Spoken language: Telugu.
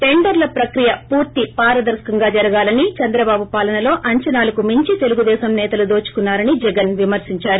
టెండర్ల ప్రక్రియ పూర్తి పారదర్పకంగా జరగాలని చంద్రబాబు పాలనలో అంచనాలకు మించి తెలుగుదేశం సేతలు దోచుకున్నారని జగన్ విమర్పించారు